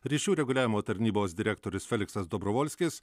ryšių reguliavimo tarnybos direktorius feliksas dobrovolskis